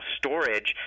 storage